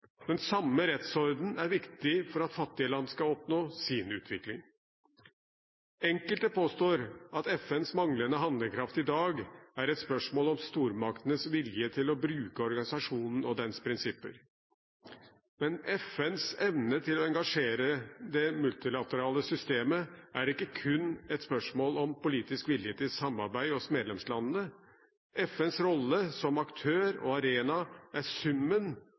Den samme rettsordenen er viktig for at fattige land skal oppnå sin utvikling. Enkelte påstår at FNs manglende handlekraft i dag er et spørsmål om stormaktenes vilje til å bruke organisasjonen og dens prinsipper, men FNs evne til å engasjere det multilaterale systemet er ikke kun et spørsmål om politisk vilje til samarbeid hos medlemslandene; FNs rolle som aktør og arena er summen